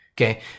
okay